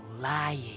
lying